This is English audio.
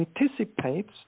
anticipates